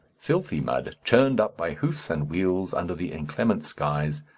filthy mud, churned up by hoofs and wheels under the inclement skies,